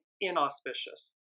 inauspicious